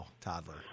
toddler